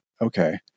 okay